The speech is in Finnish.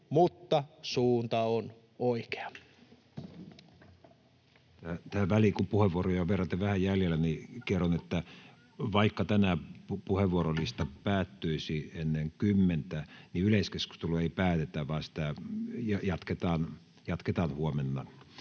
20:07 Content: Tähän väliin, kun puheenvuoroja on verraten vähän jäljellä, kerron, että vaikka tänään puheenvuorolista päättyisi ennen kymmentä, niin yleiskeskustelua ei päätetä, vaan sitä jatketaan huomenna,